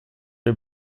are